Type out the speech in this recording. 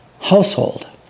household